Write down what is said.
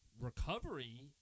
recovery